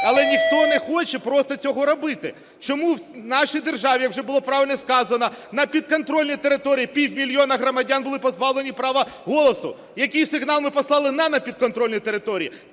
Але ніхто не хоче просто цього робити. Чому в нашій державі, вже було правильно сказано, на підконтрольній території пів мільйона громадян були позбавлені права голосу? Який сигнал ми послали на непідконтрольні території?